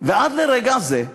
ועד לרגע זה,